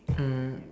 mm